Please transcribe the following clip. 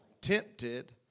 tempted